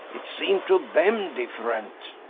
it seemed to them different.